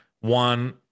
one